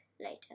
later